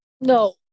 no